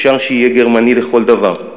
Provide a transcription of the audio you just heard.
אפשר שיהיה גרמני לכל דבר.